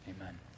Amen